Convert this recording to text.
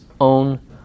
own